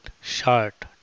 short